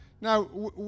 Now